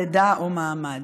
לידה או מעמד.